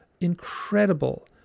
incredible